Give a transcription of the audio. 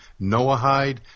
Noahide